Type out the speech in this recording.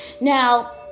now